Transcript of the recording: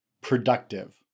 productive